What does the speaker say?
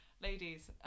Ladies